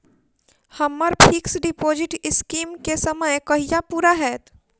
हम्मर fix deposit scheme केँ समय कहिया पूरा हैत?